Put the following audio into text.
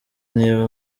niba